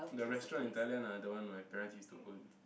the restaurant in Thailand ah the one my parents used to own